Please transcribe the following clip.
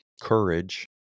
courage